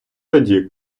тоді